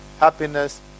happiness